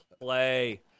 play